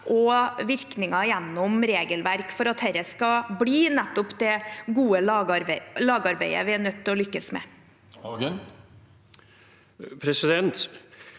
og virkninger gjennom regelverk for at dette skal bli nettopp det gode lagarbeidet vi er nødt til å lykkes med. Presidenten